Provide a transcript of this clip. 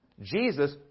Jesus